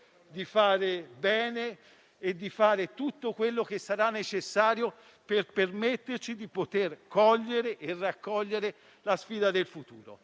di fare bene e di fare tutto quanto sarà necessario per permetterci di cogliere e raccogliere la sfida del futuro.